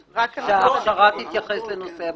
שההכשרה תתייחס לנושא הבטיחות,